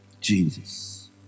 Jesus